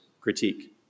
critique